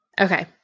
Okay